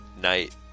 night